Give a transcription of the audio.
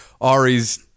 Ari's